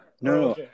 no